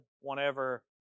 whenever